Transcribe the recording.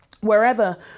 Wherever